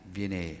viene